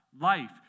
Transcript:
life